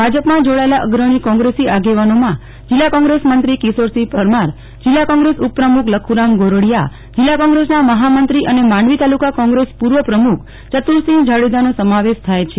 ભાજપમાં જોડાયેલા અગ્રણી કોંગ્રેસી આગેવાનોમાં જીલ્લા કોંગ્રેસ મંત્રી કિશોરસિંહ પરમાર જીલ્લા કોંગ્રેસ ઉપપ્રમુખ લાખુરમ ગોરડિયા જીલ્લા કોંગ્રેસના મહામંત્રી અને માંડવી તાલુકા કોંગ્રેસ પૂર્વ પ્રમુખ યતુરસિંહ જાડેજાનો સમાવેશ થાય છે